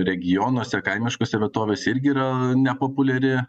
regionuose kaimiškose vietovėse irgi yra nepopuliari